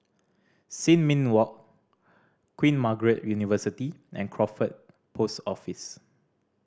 Sin Ming Walk Queen Margaret University and Crawford Post Office